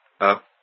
up